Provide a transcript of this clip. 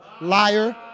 Liar